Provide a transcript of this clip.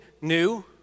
new